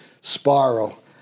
spiral